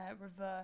reverse